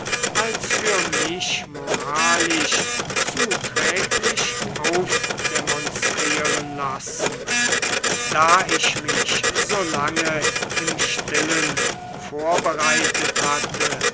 als für mich moralisch zuträglich aufdemonstrieren lassen da ich mich so lange im stillen vorbereitet hatte